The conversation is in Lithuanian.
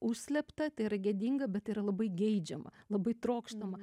užslėpta tai yra gėdinga bet yra labai geidžiama labai trokštama